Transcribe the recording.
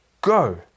go